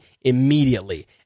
immediately